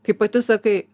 kaip pati sakai